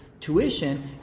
tuition